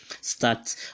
start